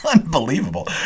unbelievable